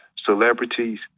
celebrities